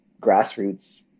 grassroots